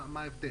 מה בעצם ההבדל?